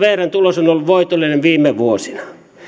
vrn tulos on ollut voitollinen viime vuosina